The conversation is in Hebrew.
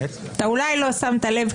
אתה אולי לא שמת לב,